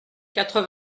quatre